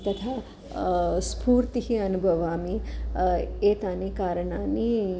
तथा स्फूर्तिः अनुभवामि एतानि कारणानि